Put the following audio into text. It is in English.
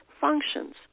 functions